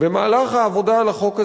במהלך העבודה על החוק הזה,